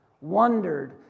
wondered